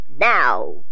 now